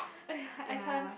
!aiya! I can't